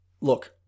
Look